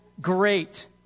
great